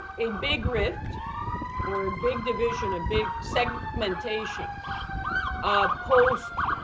a big rift or a big division, a big segmentation ah post